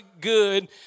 good